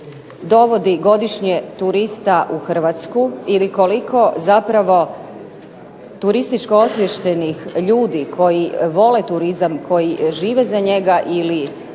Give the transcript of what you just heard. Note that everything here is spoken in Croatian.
dovodi godišnje turista u Hrvatsku ili koliko zapravo turističko osviještenih ljudi koji vole turizam, koji žive za njega ili